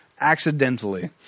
accidentally